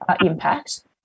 impact